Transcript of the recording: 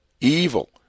evil